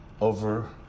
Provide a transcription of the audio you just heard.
over